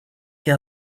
que